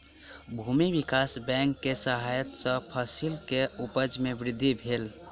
भूमि विकास बैंक के सहायता सॅ फसिल के उपज में वृद्धि भेल